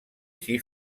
així